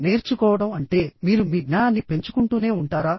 నేర్చుకోవడం అంటే మీరు మీ జ్ఞానాన్ని పెంచుకుంటూనే ఉంటారా